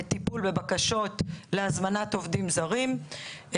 טיפול ובקשות להזמנת עובדים זרים,